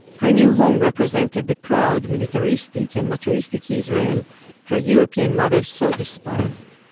her new home represented the proud, militaristic and machoistic israel her european mother so despised.